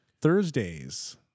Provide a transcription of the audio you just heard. Thursdays